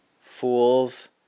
fools